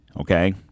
Okay